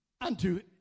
unto